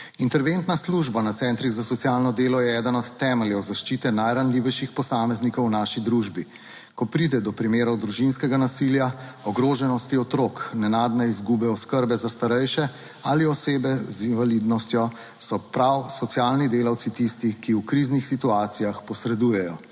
Interventna služba na centrih za socialno delo je eden od temeljev zaščite najranljivejših posameznikov v naši družbi. Ko pride do primerov družinskega nasilja, ogroženosti otrok, nenadne izgube oskrbe za starejše ali osebe z invalidnostjo, so prav socialni delavci tisti, ki v kriznih situacijah posredujejo.